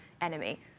enemy